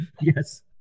Yes